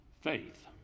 faith